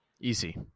easy